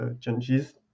changes